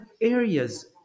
areas